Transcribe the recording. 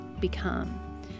become